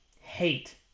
hate